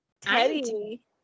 Teddy